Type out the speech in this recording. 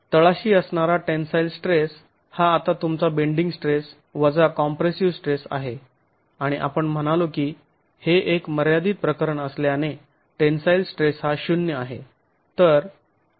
तळाशी असणारा tensile stress हा आता तुमचा बेंडिंग स्ट्रेस वजा कॉम्प्रेसिव स्ट्रेस आहे आणि आपण म्हणालो की हे एक मर्यादित प्रकरण असल्याने टेंन्साईल स्ट्रेस हा शून्य ० आहे